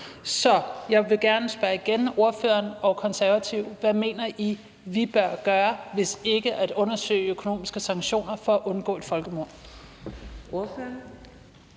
Så jeg vil gerne spørge ordføreren og Konservative igen: Hvad mener I vi bør gøre, hvis ikke det skal være at undersøge økonomiske sanktioner for at undgå et folkemord?